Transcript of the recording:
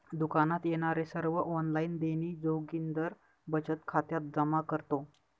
दुकानात येणारे सर्व ऑनलाइन देणी जोगिंदर बचत खात्यात जमा करतो